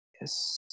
Yes